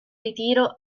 ritiro